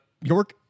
York